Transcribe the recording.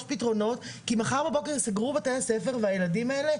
פתרונות כי מחר בבוקר יסגרו בתי הספר והילדים האלה,